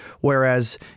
Whereas